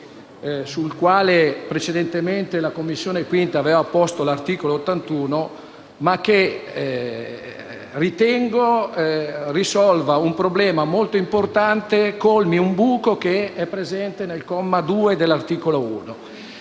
sul quale precedentemente la 5a Commissione aveva posto l'articolo 81, perché ritengo risolva un problema molto importante e colmi un buco presente nel comma 2 dell'articolo 1.